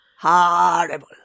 horrible